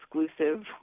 exclusive